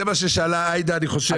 זה מה ששאלה עאידה, אני חושב.